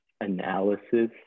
analysis